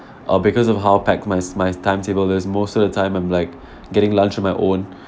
uh because of how pack my s~ my timetable is most of the time I'm like getting lunch on my own